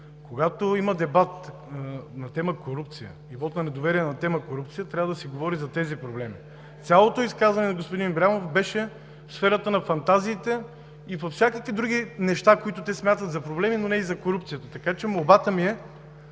Когато има дебат на тема „Корупция“ и вот на недоверие на тема „Корупция“, трябва да се говори за тези проблеми. Цялото изказване на господин Ибрямов беше в сферата на фантазиите и във всякакви други неща, които те смятат за проблеми, но не и за корупцията. Молбата ми е